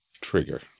trigger